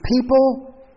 people